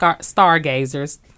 stargazers